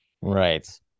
Right